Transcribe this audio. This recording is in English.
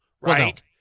right